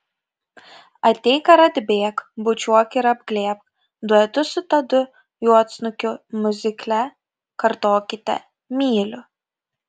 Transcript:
ateik ar atbėk bučiuok ir apglėbk duetu su tadu juodsnukiu miuzikle kartokite myliu